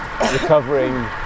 recovering